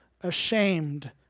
ashamed